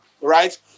Right